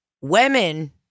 women